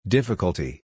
Difficulty